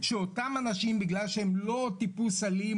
שאותם אנשים בגלל שהם לא טיפוס אלים,